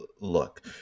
Look